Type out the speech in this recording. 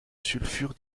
sulfure